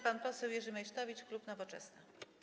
Pan poseł Jerzy Meysztowicz, klub Nowoczesna.